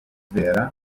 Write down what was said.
vera